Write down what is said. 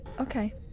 Okay